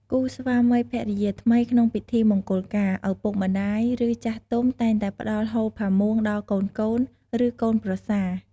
គូស្វាមីភរិយាថ្មី ក្នុងពិធីមង្គលការ ឪពុកម្តាយ ឬចាស់ទុំតែងតែផ្តល់ហូលផាមួងដល់កូនៗ ឬកូនប្រសា។